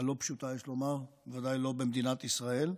הלא-פשוטה, יש לומר, בוודאי לא במדינת ישראל,